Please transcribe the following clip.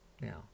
Now